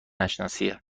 نشناسیه